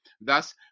thus